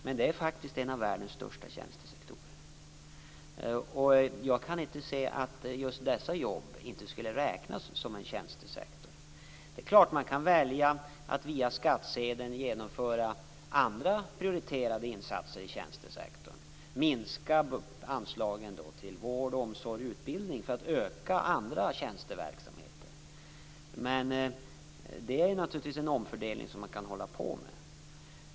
Men det är faktiskt en av världens största tjänstesektorer. Jag kan inte se att just dessa jobb inte skulle räknas till tjänstesektorn. Det är klart att man kan välja att via skattsedeln genomföra andra prioriterade insatser i tjänstesektorn. Då kan man minska anslagen till vård, omsorg och utbildning för att öka andra tjänsteverksamheter. Det är naturligtvis en omfördelning som man kan hålla på med.